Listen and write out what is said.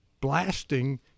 blasting